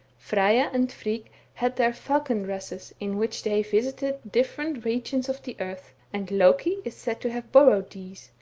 frejja and frigg had their falcon dresses in which they visited different regions of the earth, and loki is said to have borrowed these,